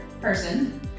person